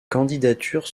candidatures